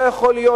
לא יכול להיות,